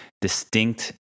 distinct